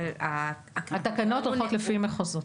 אבל --- התקנות הולכות לפי מחוזות.